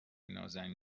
نازنین